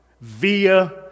via